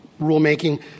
rulemaking